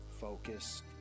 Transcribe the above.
focus